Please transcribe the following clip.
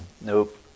Nope